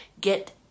get